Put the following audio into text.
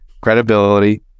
credibility